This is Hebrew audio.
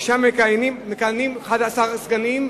שבהן מכהנים 11 סגנים,